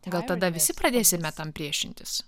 gal tada visi pradėsime tam priešintis